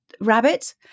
rabbit